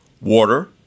water